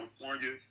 california